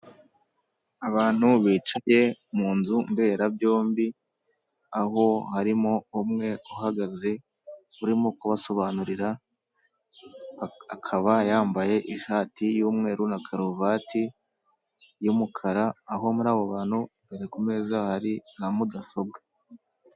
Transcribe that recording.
Abantu bicaye mu nzu mberabyombi aho harimo umwe uhagaze urimo kubasobanurira, akaba yambaye ishati y'umweru na karuvati y'umukara aho muri abo bantu imbere ku meza hari za mudasobwa.